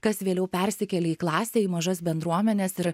kas vėliau persikelia į klasę į mažas bendruomenes ir